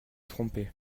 tromper